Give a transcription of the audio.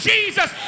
Jesus